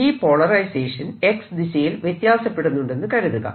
ഈ polarisation X ദിശയിൽ വ്യത്യാസപ്പെടുന്നുണ്ടെന്ന് കരുതുക